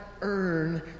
Earn